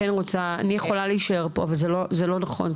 אני יכולה להישאר פה אבל זה לא נכון.